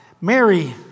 Mary